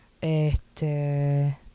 Este